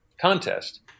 contest